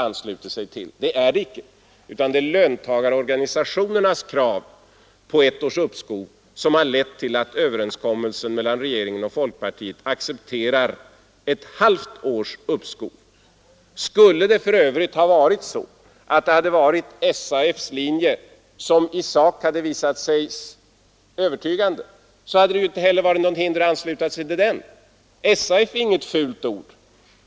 Det är det icke, utan det är löntagarorganisationernas krav på ett års uppskov som har lett till att överenskommelsen mellan regeringen och folkpartiet accepterar ett halvt års uppskov. Skulle det för övrigt ha varit SAF:s linje som i sak hade visat sig övertygande, hade det inte heller funnits något hinder att ansluta sig till den. SAF är inget fult ord.